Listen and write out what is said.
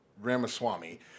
Ramaswamy